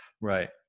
right